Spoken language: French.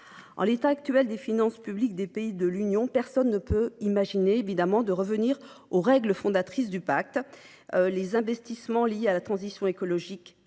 En l’état actuel des finances publiques des pays de l’Union européenne, personne ne peut évidemment imaginer revenir aux règles fondatrices du pacte. Les investissements liés à la transition écologique